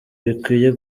bikwiye